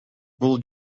бул